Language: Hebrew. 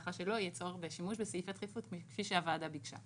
כך שלא יהיה צורך בשימוש בסעיף הדחיפות כפי שהוועדה ביקשה.